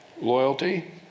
loyalty